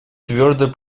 твердо